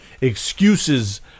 excuses